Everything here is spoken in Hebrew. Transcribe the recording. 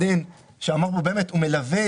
"-- ובלבד שלא מחזיק בו חבר בני אדם אחר הנכלל